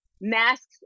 masks